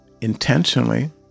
intentionally